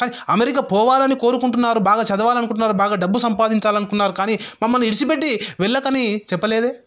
కాని అమెరికా పోవాలని కోరుకుంటున్నారు బాగా చదవాలనుకుంటున్నారు బాగా డబ్బు సంపాదించాలి అనుకున్నారు కానీ మమ్మల్ని విడిచిపెట్టి వెళ్ళకని చెప్పలేదే